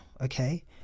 Okay